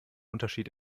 unterschied